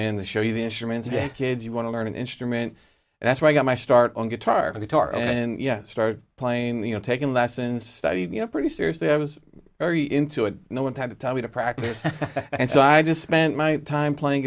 in the show you the instruments and kids you want to learn an instrument and that's why i got my start on guitar and guitar and yes start playing the you know taken lessons studied you know pretty seriously i was very into it no one had to tell me to practice and so i just spent my time playing